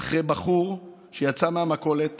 אחרי בחור שיצא מהמכולת